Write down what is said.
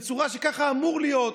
בצורה שככה זה אמור להיות,